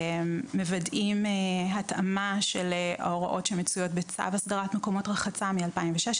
מוודאים התאמה של ההוראות שמצויות בצו הסדרת מקומות רחצה מ-2016,